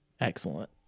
excellent